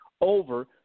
over